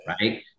right